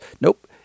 nope